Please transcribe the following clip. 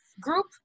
group